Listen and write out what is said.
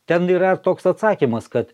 ten yra toks atsakymas kad